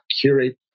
curate